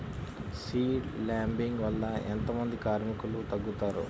Seed లేంబింగ్ వల్ల ఎంత మంది కార్మికులు తగ్గుతారు?